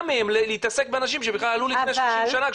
מהם להתעסק באנשים שבכלל עלו לפני 30 שנה,